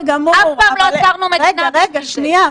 אף פעם לא עצרנו מדינה בשביל זה.